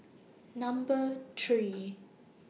Number three